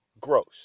Gross